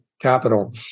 capital